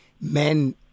men